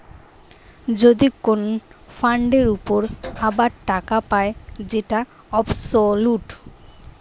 যদি কোন ফান্ডের উপর আবার টাকা পায় যেটা অবসোলুট